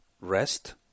rest